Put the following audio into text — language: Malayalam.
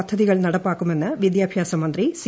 പദ്ധതികൾ നടപ്പാക്കു്മെന്ന് വിദ്യാഭ്യാസമന്ത്രി സി